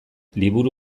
liburu